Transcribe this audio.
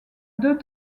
deux